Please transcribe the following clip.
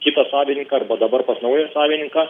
kitą savininką arba dabar pas naują savininką